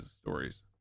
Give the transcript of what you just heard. stories